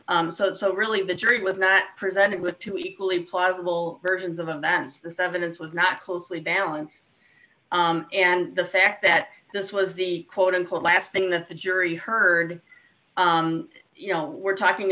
so really the jury was not presented with two equally plausible versions of events this evidence was not closely balance and the fact that this was the quote unquote last thing that the jury heard you know we're talking